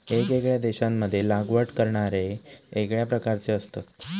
येगयेगळ्या देशांमध्ये लागवड करणारे येगळ्या प्रकारचे असतत